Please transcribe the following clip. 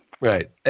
Right